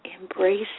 Embrace